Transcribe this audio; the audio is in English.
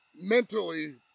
mentally